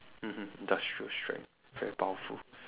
mmhmm industrial strength very powerful